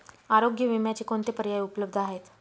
आरोग्य विम्याचे कोणते पर्याय उपलब्ध आहेत?